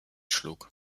schlug